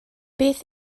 beth